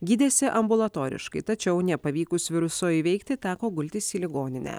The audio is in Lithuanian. gydėsi ambulatoriškai tačiau nepavykus viruso įveikti teko gultis į ligoninę